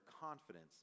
confidence